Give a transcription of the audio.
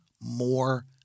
more